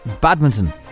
Badminton